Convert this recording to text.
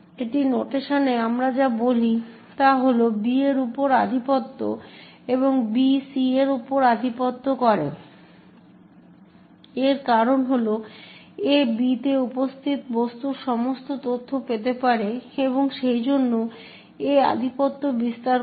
এই নোটেশনে আমরা যা বলি তা হল যে B এর উপর আধিপত্য এবং B C এর উপর আধিপত্য করে এর কারণ হল A B তে উপস্থিত বস্তুর সমস্ত তথ্য পেতে পারে এবং সেইজন্য A আধিপত্য বিস্তার করে